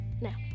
now